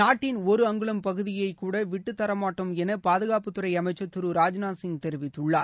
நாட்டின் ஒரு அங்குலம் பகுதியை கூட விட்டு தர மாட்டோம் என பாதுகாப்புத்துறை அமைச்சர் திரு ராஜ்நாத் சிங் தெரிவித்துள்ளார்